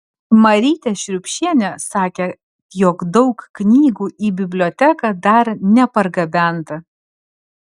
marytė šriubšienė sakė jog daug knygų į biblioteką dar nepargabenta